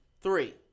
three